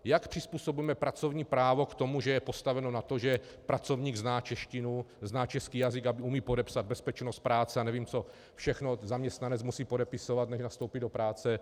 Jak přizpůsobíme pracovní právo k tomu, že je postaveno na tom, že pracovník zná češtinu, český jazyk a umí podepsat bezpečnost práce a nevím, co všechno zaměstnanec musí podepisovat, než nastoupí do práce.